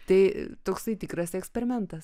tai toksai tikras eksperimentas